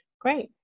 Great